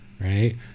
right